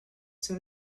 soon